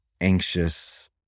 anxious